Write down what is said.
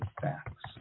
facts